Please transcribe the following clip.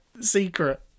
secret